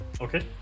Okay